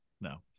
no